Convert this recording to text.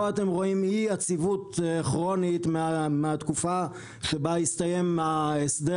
פה אתם רואים אי יציבות כרונית מהתקופה שבה הסתיים ההסדר